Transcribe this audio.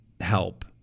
help